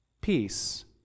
peace